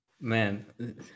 Man